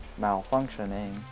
malfunctioning